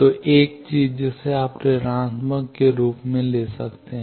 तो 1 चीज जिसे आप ऋणात्मक के रूप में ले सकते हैं